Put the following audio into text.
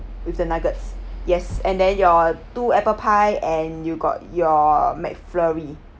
with the nuggets yes and then your two apple pie and you got your McFlurry